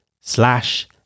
slash